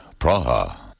Praha